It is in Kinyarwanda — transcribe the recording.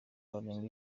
barenga